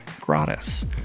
gratis